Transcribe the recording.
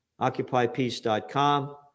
OccupyPeace.com